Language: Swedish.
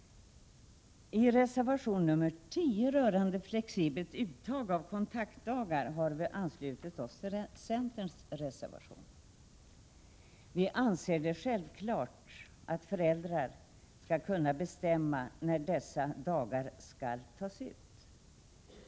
Reservation 10, som vi har avgivit tillsammans med utskottets centerledamöter, gäller flexibelt uttag av kontaktdagar. Vi anser det självklart att föräldrar skall kunna bestämma när dessa dagar skall tas ut.